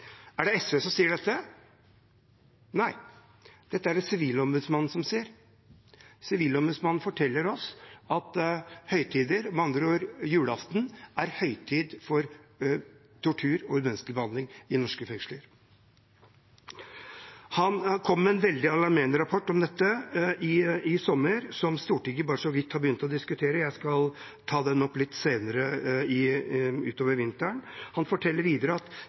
Er det SV som sier dette? Nei, dette er det Sivilombudsmannen som sier. Sivilombudsmannen forteller oss at bl.a. julaften er høytid for tortur og umenneskelig behandling i norske fengsler. Sivilombudsmannen kom med en veldig alarmerende rapport om dette i sommer, som Stortinget bare så vidt har begynt å diskutere. Jeg skal ta dette opp litt senere utover vinteren. Han forteller videre at